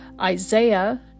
Isaiah